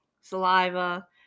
saliva